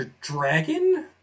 dragon